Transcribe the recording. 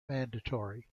mandatory